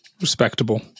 Respectable